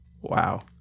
Wow